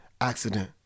accident